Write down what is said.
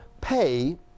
pay